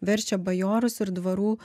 verčia bajorus ir dvarų